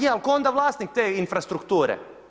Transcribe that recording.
Je ali tko je onda vlasnik te infrastrukture?